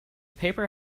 paper